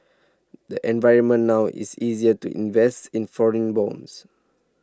the environment now is easier to invest in foreign bonds